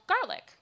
garlic